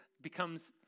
becomes